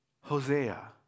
Hosea